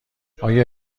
آیا